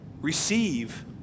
receive